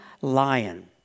lion